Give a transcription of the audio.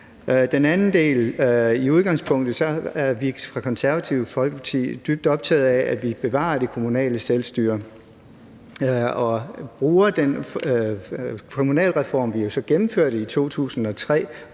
i udgangspunktet i Det Konservative Folkeparti dybt optaget af, at vi bevarer det kommunale selvstyre. Kommunalreformen blev jo gennemført i 2003,